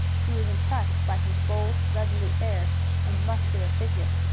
he was impressed by his bold, resolute air and muscular figure.